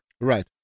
right